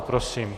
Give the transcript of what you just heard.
Prosím.